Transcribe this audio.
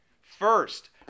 First